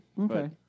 Okay